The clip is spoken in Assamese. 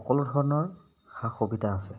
সকলো ধৰণৰ সা সুবিধা আছে